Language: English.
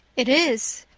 it is,